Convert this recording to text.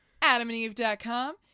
AdamandEve.com